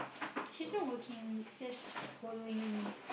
she's not working just following only